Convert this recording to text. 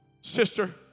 sister